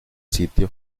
sitio